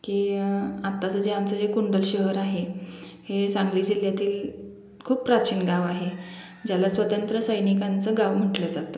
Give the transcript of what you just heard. की आत्ताचं जे आमचं जे कुंडल शहर आहे हे सांगली जिल्ह्यातील खूप प्राचीन गाव आहे ज्याला स्वतंत्र सैनिकांचं गाव म्हटलं जातं